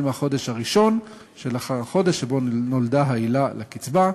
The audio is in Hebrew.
מהחודש הראשון שלאחר החודש שבו נולדה העילה לקצבה.